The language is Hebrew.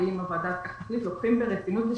לוקחים ברצינות ושוקלים.